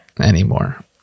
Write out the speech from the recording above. anymore